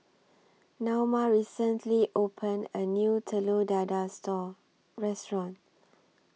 Naoma recently opened A New Telur Dadah Restaurant